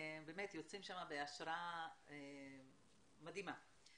יוצאים שם עם השראה מדהימה.